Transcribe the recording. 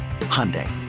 Hyundai